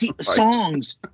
Songs